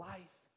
Life